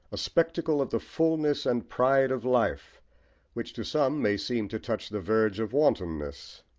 a spectacle of the fulness and pride of life which to some may seem to touch the verge of wantonness.